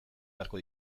beharko